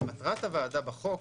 מטרת הוועדה בחוק,